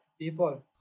people